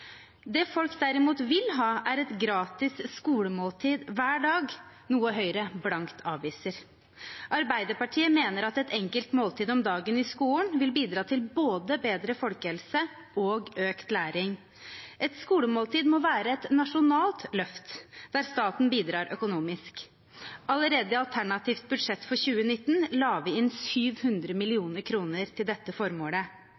Det folk derimot vil ha, er et gratis skolemåltid hver dag, noe Høyre blankt avviser. Arbeiderpartiet mener at et enkelt måltid om dagen i skolen vil bidra til både bedre folkehelse og økt læring. Et skolemåltid må være et nasjonalt løft, der staten bidrar økonomisk. Allerede i alternativt budsjett for 2019 la vi inn 700